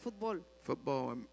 Football